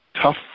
tough